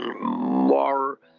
more